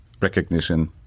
recognition